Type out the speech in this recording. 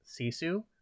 Sisu